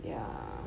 yeah